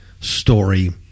story